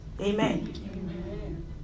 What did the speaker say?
Amen